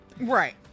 Right